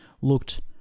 looked